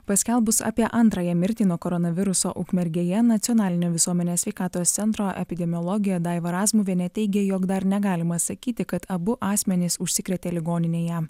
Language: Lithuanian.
paskelbus apie antrąją mirtį nuo koronaviruso ukmergėje nacionalinio visuomenės sveikatos centro epidemiologė daiva razmuvienė teigė jog dar negalima sakyti kad abu asmenys užsikrėtė ligoninėje